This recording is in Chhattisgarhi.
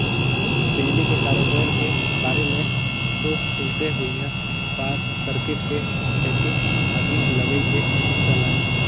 बिजली के करोबार के बारे मे तो सुनते होइहा सार्ट सर्किट के सेती आगी लगई के किस्सा ल